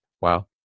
Wow